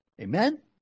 Amen